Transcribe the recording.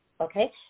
okay